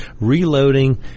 reloading